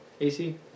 AC